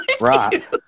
right